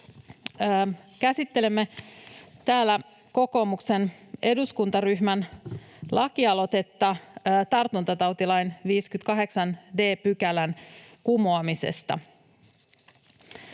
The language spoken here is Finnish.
Käsittelemme täällä kokoomuksen eduskuntaryhmän lakialoitetta tartuntatautilain 58 d §:n kumoamisesta.